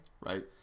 Right